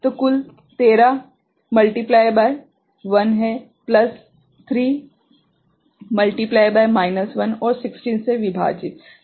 तो कुल 13 गुणित 1 है प्लस 3 गुणित माइनस 1 और 16 से विभाजित